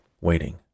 waiting